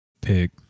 pick